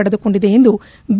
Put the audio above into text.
ಪಡೆದುಕೊಂಡಿದೆ ಎಂದು ಬಿ